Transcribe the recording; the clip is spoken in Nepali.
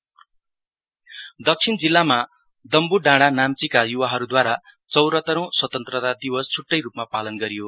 आई डी नर्थ दक्षिण जिल्लामा दमबुडाँड़ानाम्चीका युवाहरुदूवारा चौरतरौं स्वतन्त्रता दिवस छुट्टै रुपमा पालन गरियो